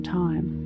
time